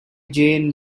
jane